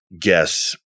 guess